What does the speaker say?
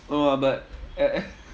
!wah! but uh